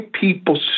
people